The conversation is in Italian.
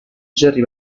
jerry